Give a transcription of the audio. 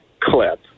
clip